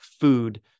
food